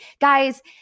Guys